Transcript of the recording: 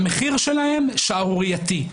המחיר שלהן שערורייתי.